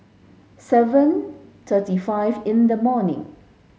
seven thirty five in the morning